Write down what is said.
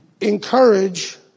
encourage